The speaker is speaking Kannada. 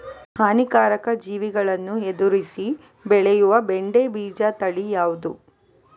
ಹಾನಿಕಾರಕ ಜೀವಿಗಳನ್ನು ಎದುರಿಸಿ ಬೆಳೆಯುವ ಬೆಂಡೆ ಬೀಜ ತಳಿ ಯಾವ್ದು?